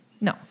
no